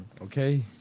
okay